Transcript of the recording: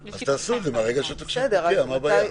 אז תעשו את זה מהרגע שהתקש"ח פוקע, מה הבעיה?